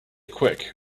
quick